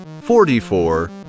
forty-four